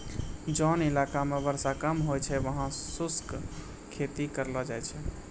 जोन इलाका मॅ वर्षा कम होय छै वहाँ शुष्क खेती करलो जाय छै